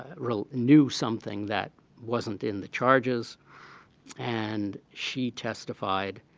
ah wrote knew something that wasn't in the charges and she testified,